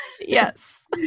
Yes